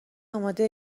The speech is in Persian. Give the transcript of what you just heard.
آماده